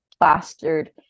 plastered